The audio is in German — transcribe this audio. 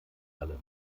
alle